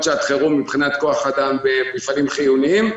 שעת חירום מבחינת כוח אדם במפעלים חיוניים.